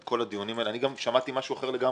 אני גם שמעתי משהו אחר לגמרי,